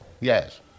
Yes